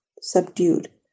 subdued